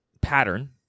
pattern